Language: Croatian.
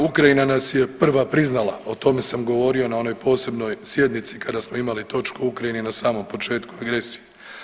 Ukrajina nas je prva priznala, o tome sam govorio na onoj posebnoj sjednici kada smo imali točku o Ukrajini na samom početku agresije.